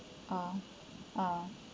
ah ah